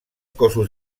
cossos